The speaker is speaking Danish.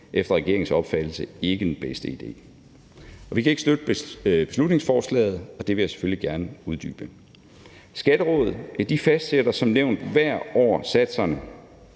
efter regeringens opfattelse ikke den bedste idé. Vi kan ikke støtte beslutningsforslaget, og det vil jeg selvfølgelig gerne uddybe. Skatterådet fastsætter som nævnt hvert år satserne